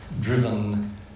driven